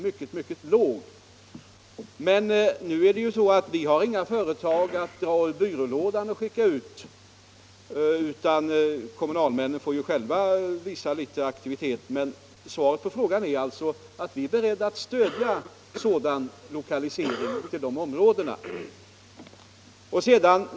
Vi har ju inga företag att dra ur byrålådan och skicka ut, utan kommunalmännen får själva visa litet aktivitet. Men svaret på frågan är alltså att vi är beredda att stödja lokalisering till de här områdena.